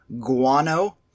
guano